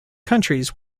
counties